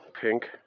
pink